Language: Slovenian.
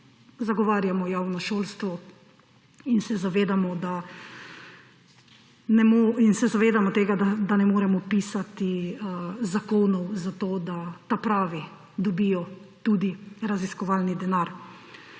zagovarjamo javno šolstvo in se zavedamo tega, da ne moremo pisati zakonov, zato da ta pravi dobijo tudi raziskovalni denar.